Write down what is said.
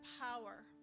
power